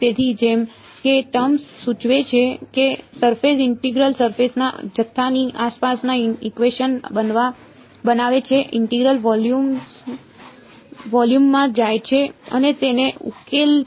તેથી જેમ કે ટર્મ સૂચવે છે કે સરફેસ ઇન્ટિગ્રલ સરફેસ ના જથ્થાની આસપાસના ઇકવેશન બનાવે છે ઇન્ટિગ્રલ વોલ્યુમમાં જાય છે અને તેને ઉકેલે છે